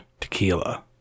tequila